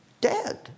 dead